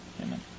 Amen